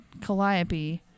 Calliope